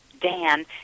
Dan